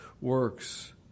works